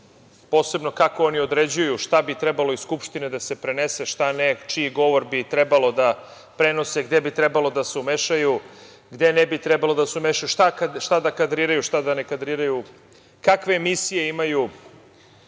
posebno kako oni određuju šta bi trebalo iz Skupštine da se prenese, šta ne, čiji govor bi trebalo da prenose, gde bi trebalo da se umešaju, gde ne bi trebalo da se umešaju, šta da kadriraju, šta da ne kadriraju, kakve emisije imaju,